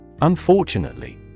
Unfortunately